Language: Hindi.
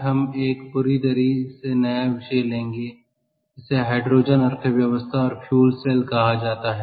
आज हम एक पूरी तरह से नया विषय लेंगे इसे हाइड्रोजन अर्थव्यवस्था और फ्यूल सेल कहा जाता है